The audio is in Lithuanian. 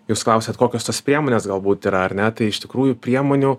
jūs klausiat kokios tos priemonės galbūt yra ar ne tai iš tikrųjų priemonių